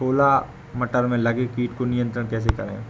छोला मटर में लगे कीट को नियंत्रण कैसे करें?